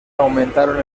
aumentaron